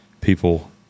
people